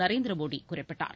நரேந்திர மோடி குறிப்பிட்டார்